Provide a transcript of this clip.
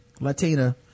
latina